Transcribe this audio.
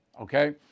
Okay